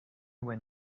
when